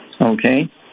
okay